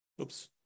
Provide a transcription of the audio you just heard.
Oops